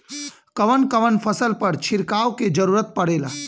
कवन कवन फसल पर छिड़काव के जरूरत पड़ेला?